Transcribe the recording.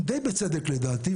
די בצדק לדעתי,